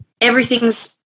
everything's